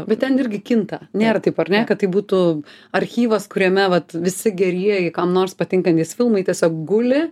bet ten irgi kinta nėra taip ar ne kad tai būtų archyvas kuriame vat visi gerieji kam nors patinkantys filmai tiesiog guli